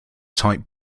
type